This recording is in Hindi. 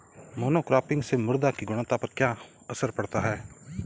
मोनोक्रॉपिंग से मृदा की गुणवत्ता पर क्या असर पड़ता है?